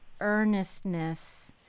earnestness